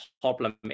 problem